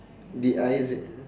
D I Z